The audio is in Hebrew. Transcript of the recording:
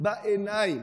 הבוקר בעיניים.